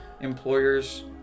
employers